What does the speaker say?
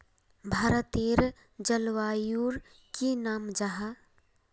भारतेर जलवायुर की नाम जाहा?